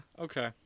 okay